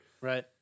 Right